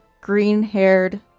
green-haired